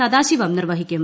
സദാശിവം നിർവ്വഹിക്കും